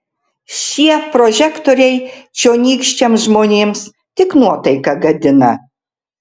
šie prožektoriai čionykščiams žmonėms tik nuotaiką gadina